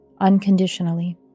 unconditionally